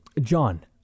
john